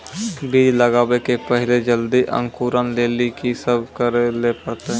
बीज लगावे के पहिले जल्दी अंकुरण लेली की सब करे ले परतै?